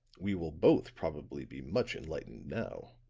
we will both probably be much enlightened now.